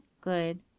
good